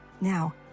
Now